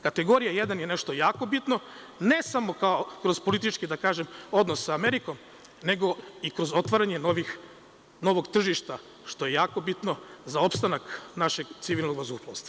Kategorija jedan je nešto jako bitno, ne samo kao kroz politički odnos sa Amerikom nego i kroz otvaranje novog tržišta što je jako bitno za opstanak našeg civilnog vazduhoplovstva.